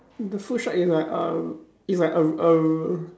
the food shack is like uh it's like err err